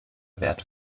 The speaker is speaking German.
werte